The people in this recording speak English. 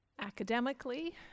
Academically